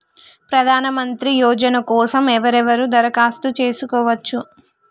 ప్రధానమంత్రి యోజన కోసం ఎవరెవరు దరఖాస్తు చేసుకోవచ్చు?